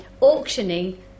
auctioning